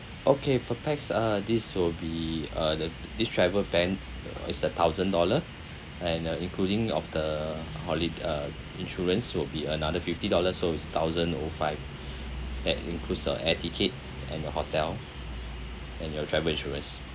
okay perhaps uh this will be uh the this travel ban uh is a thousand dollar and uh including of the holi~ uh insurance will be another fifty dollar so it's thousand O five that includes a air tickets and your hotel and your travel insurance